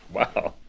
wow.